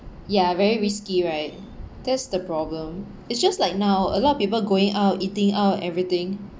ya very risky right that's the problem it's just like now a lot of people going out eating out everything